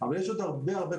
היום ט"ז בטבת